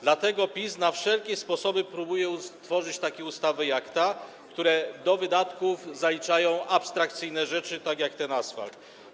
Dlatego PiS na wszelkie sposoby próbuje tworzyć takie ustawy jak ta, które do wydatków zaliczają abstrakcyjne rzeczy, takie jak ten asfalt.